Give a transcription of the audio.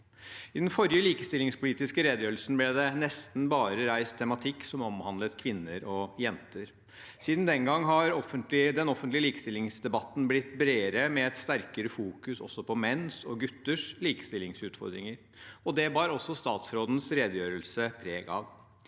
I den forrige likestillingspolitiske redegjørelsen ble det nesten bare reist tematikk som omhandlet kvinner og jenter. Siden den gang har den offentlige likestillingsdebatten blitt bredere, også med menns og gutters likestillingsutfordringer sterkere i fokus. Det bar også statsrådens redegjørelse preg av.